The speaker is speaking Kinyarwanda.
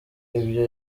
ibyo